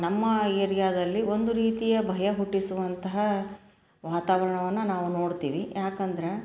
ನಮ್ಮ ಏರಿಯಾದಲ್ಲಿ ಒಂದು ರೀತಿಯ ಭಯ ಹುಟ್ಟಿಸುವಂತಹ ವಾತಾವರಣವನ್ನ ನಾವು ನೋಡ್ತೀವಿ ಏಕಂದ್ರೆ